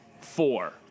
four